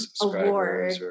award